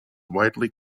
widely